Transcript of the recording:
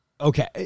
okay